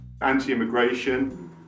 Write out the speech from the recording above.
Anti-immigration